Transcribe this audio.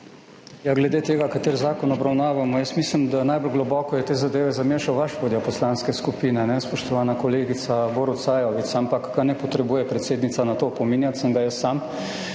Ja, glede tega, kateri zakon obravnavamo, jaz mislim, da najbolj globoko je te zadeve zamešal vaš vodja poslanske skupine, spoštovana kolegica, Borut Sajovic, ampak ga ne potrebuje predsednica na to opominjati, sem ga jaz sam